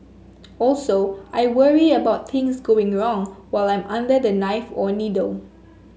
also I worry about things going wrong while I'm under the knife or needle